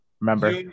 Remember